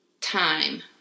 time